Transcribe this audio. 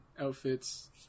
outfits